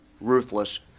ruthless